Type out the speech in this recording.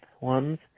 ones